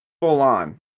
full-on